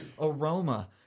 aroma